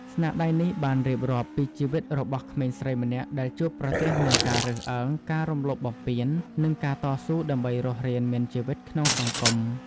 ស្នាដៃនេះបានរៀបរាប់ពីជីវិតរបស់ក្មេងស្រីម្នាក់ដែលជួបប្រទះនឹងការរើសអើង ការរំលោភបំពាន និងការតស៊ូដើម្បីរស់រានមានជីវិតក្នុងសង្គម។